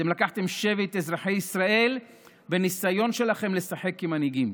אתם לקחתם שבי את אזרחי ישראל בניסיון שלכם לשחק כמנהיגים.